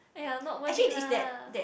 !aiya! not worth it lah